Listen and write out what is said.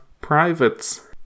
privates